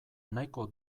nahiko